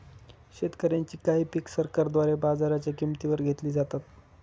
शेतकऱ्यांची काही पिक सरकारद्वारे बाजाराच्या किंमती वर घेतली जातात